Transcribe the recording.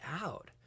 out